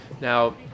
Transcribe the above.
Now